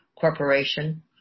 corporation